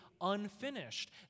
unfinished